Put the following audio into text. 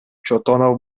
чотонов